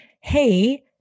Hey